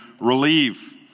relieve